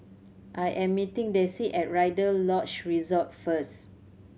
I am meeting Dessie at Rider Lodge Resort first